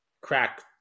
Crack